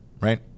Right